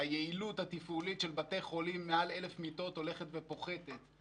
היעילות התפעולית של בתי חולים מעל 1,000 מיטות הולכת פוחתת.